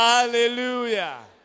Hallelujah